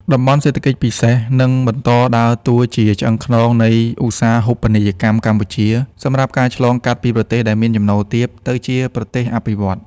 តំបន់សេដ្ឋកិច្ចពិសេស នឹងបន្តដើរតួជាឆ្អឹងខ្នងនៃឧស្សាហូបនីយកម្មកម្ពុជា សម្រាប់ការឆ្លងកាត់ពីប្រទេសដែលមានចំណូលទាប ទៅជាប្រទេសអភិវឌ្ឍន៍។